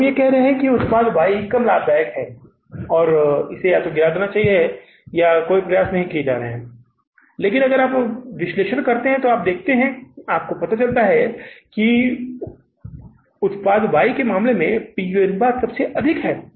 अब हम कह रहे थे कि उत्पाद Y कम लाभदायक है और इसे या तो गिरा दिया जाना चाहिए या कोई प्रयास नहीं किए जा रहे हैं लेकिन अब आप इस विश्लेषण को करने के बाद देखते हैं कि आपको पता चला है कि वाई उत्पाद के मामले में P V अनुपात सबसे अधिक है